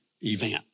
event